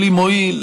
כלי מועיל,